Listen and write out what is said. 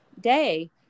day